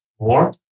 more